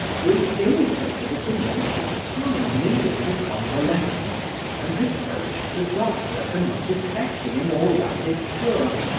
grew irritated at the length of time needed for convalescence and reproached the doctor for not effecting a more rapid cure.